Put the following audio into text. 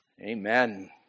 Amen